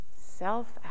self